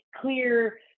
clear